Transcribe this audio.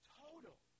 total